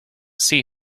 see